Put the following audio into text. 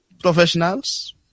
Professionals